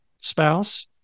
spouse